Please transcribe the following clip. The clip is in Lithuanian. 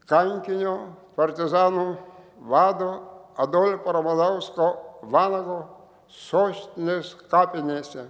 kankinio partizanų vado adolfo ramanausko vanago sostinės kapinėse